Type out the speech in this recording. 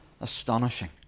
astonishing